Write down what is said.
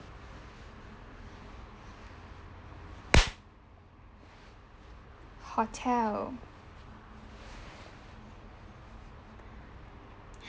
hotel